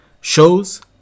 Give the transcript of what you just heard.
shows